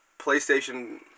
PlayStation